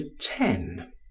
ten